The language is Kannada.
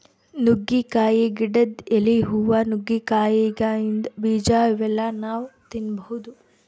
ನುಗ್ಗಿಕಾಯಿ ಗಿಡದ್ ಎಲಿ, ಹೂವಾ, ನುಗ್ಗಿಕಾಯಿದಾಗಿಂದ್ ಬೀಜಾ ಇವೆಲ್ಲಾ ನಾವ್ ತಿನ್ಬಹುದ್